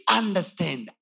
understand